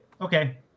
Okay